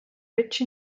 rich